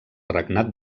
regnat